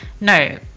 No